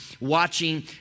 watching